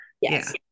Yes